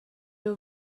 were